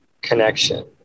connection